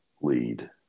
lead